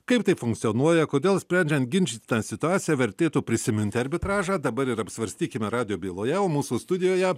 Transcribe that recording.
kaip tai funkcionuoja kodėl sprendžiant ginčytiną situaciją vertėtų prisiminti arbitražą dabar ir apsvarstykime radijo byloje o mūsų studijoje